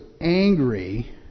angry